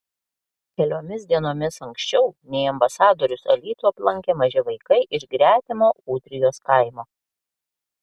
keliomis dienomis anksčiau nei ambasadorius alytų aplankė maži vaikai iš gretimo ūdrijos kaimo